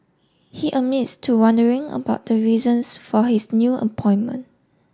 he admits to wondering about the reasons for his new appointment